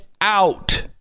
out